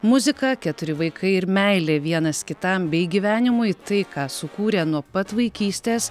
muzika keturi vaikai ir meilė vienas kitam bei gyvenimui tai ką sukūrė nuo pat vaikystės